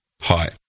Hi